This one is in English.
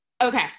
okay